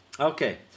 Okay